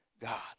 God